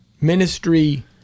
ministry